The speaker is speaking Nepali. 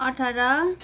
अठार